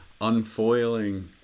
unfoiling